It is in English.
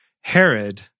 Herod